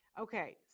Okay